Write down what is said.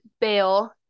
bail